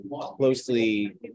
closely